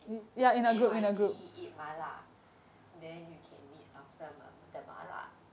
N_Y_P eat mala then you can meet after the mala